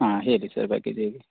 ಹಾಂ ಹೇಳಿ sir package ಹೇಳಿ